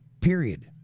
Period